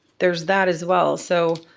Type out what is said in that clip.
there's that as well. so